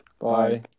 bye